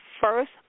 first